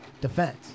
defense